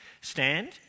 Stand